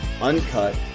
uncut